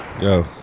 Yo